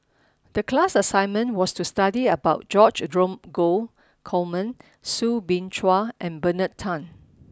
the class assignment was to study about George Dromgold Coleman Soo Bin Chua and Bernard Tan